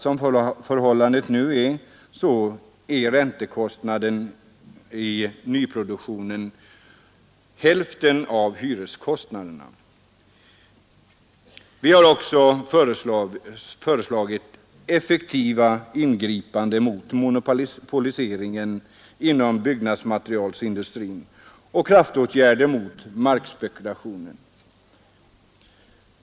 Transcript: Som förhållandet nu är vet vi att räntekostnaderna i nyproduktionen utgör hälften av hyreskostnaderna. Vi har även föreslagit ett effektivt ingripande mot monopoliseringen inom byggnadsmaterialindustrin och kraftåtgärder mot markspekulatio nen.